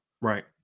Right